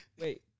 Wait